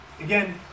Again